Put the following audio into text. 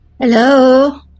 Hello